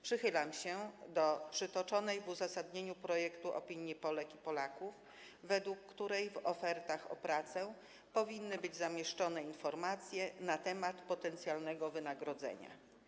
Przychylam się do przytoczonej w uzasadnieniu projektu opinii Polek i Polaków, według których w ofertach o pracę powinny być zamieszczone informacje na temat potencjalnego wynagrodzenia.